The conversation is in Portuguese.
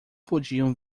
podiam